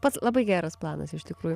pats labai geras planas iš tikrųjų